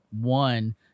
one